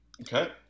Okay